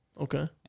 Okay